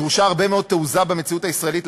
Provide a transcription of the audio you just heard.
דרושה הרבה מאוד תעוזה במציאות הישראלית כדי